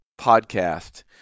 podcast